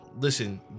listen